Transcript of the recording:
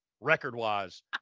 record-wise